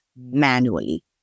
manually